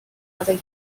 other